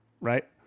right